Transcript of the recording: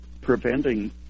preventing